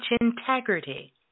integrity